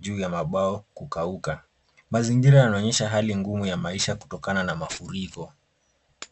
juu ya mbao kukauka. Mazingira yanaonyesha hali ngumu ya maisha kutokana na mafuriko.